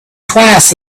twice